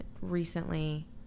recently